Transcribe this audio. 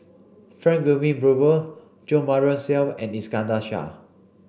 Frank Wilmin Brewer Jo Marion Seow and Iskandar Shah